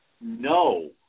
no